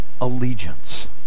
allegiance